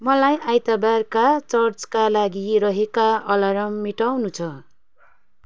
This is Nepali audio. मलाई आइतबारका चर्चका लागि रहेका अलार्म मेटाउनु छ